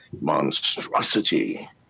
monstrosity